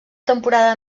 temporada